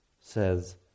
says